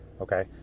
Okay